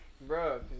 Bro